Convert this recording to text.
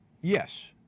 Yes